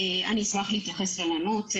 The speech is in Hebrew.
אשמח להתייחס ולענות.